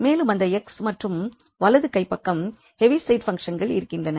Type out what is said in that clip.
மேலும் இந்த x மற்றும் வலது கைப் பக்கம் ஹேவிசைடு பங்க்ஷ்ன்கள் இருக்கின்றன